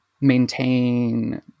maintain